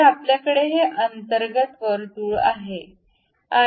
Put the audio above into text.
तर आपल्याकडे हे अंतर्गत वर्तुळ आहे